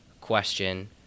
question